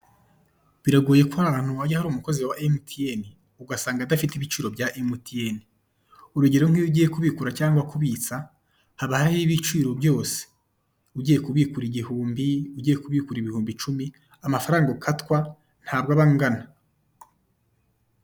Biragoye ko ahantu hari umukozi wa MTN ugasanga adafite ibiciro bya imayinite, urugero nk'ubigiye kubikura cyangwa kubitsa haba hariho'ibiciro byose. ugiye kubikura igihumbi ugiye kubigura ibihumbi icumi na amafaranga ukatwa ntabwo aba angana.